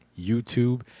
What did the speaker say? YouTube